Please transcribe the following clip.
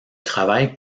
travaille